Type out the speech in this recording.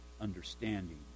understanding